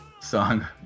song